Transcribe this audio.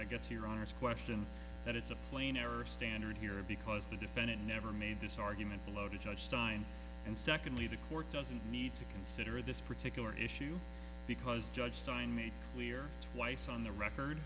to your honor's question that it's a plain error standard here because the defendant never made this argument below to judge stein and secondly the court doesn't need to consider this particular issue because judge stein made clear twice on the record